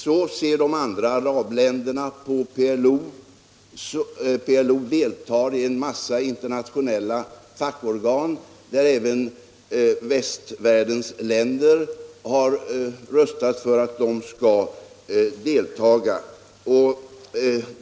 Så ser de andra arabländerna på PLO. PLO deltar i en mängd internationella fackorgan, där även västvärldens länder har röstat för att de skall delta.